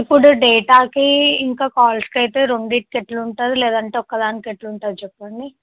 ఇప్పుడు డేటాకి ఇంకా కాల్స్కి అయితే రెండింటికి ఎట్లా ఉంటుంది లేదంటే ఒక్కదానికి ఎట్లా ఉంటుంది చెప్పండి